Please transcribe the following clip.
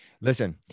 Listen